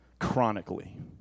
chronically